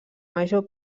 major